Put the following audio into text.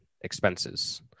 expenses